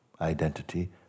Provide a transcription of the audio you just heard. identity